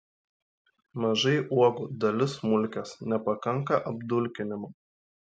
mažai uogų dalis smulkios nepakanka apdulkinimo